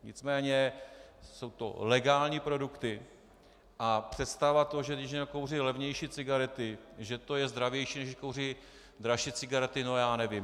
Nicméně jsou to legální produkty a představa toho, že když někdo kouří levnější cigarety, že to je zdravější, než když kouří dražší cigarety, no já nevím.